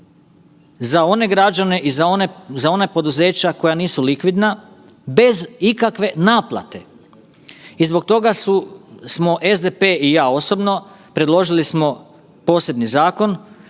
za one građane i za ona poduzeća koja nisu likvidna bez ikakve naplate. I zbog toga smo SDP i ja osobno predložili smo posebni zakon